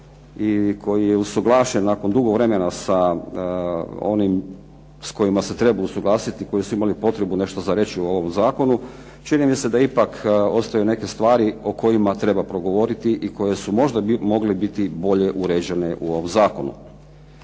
i koji je usuglašen nakon dugo vremena sa onim s kojim se trebao usuglasiti onima koji su imali potrebu nešto za reći o ovom zakonu, čini mi se da ipak ostaju neke stvari o kojima treba progovoriti i koje su možda mogle biti bolje uređene u ovom zakonu.